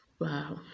Wow